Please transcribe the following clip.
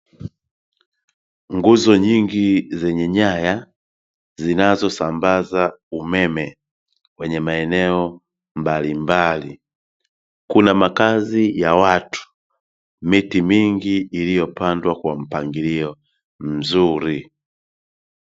Nguzo nyingi zenye nyaya zinazosambaza umeme kwenye maeneo mbalimbali. Kuna makazi ya watu, miti mingi iliyopandwa kwa mpangilio mzuri.